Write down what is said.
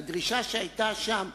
והדרישה שהיתה שם,